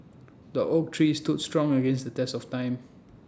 the oak tree stood strong against the test of time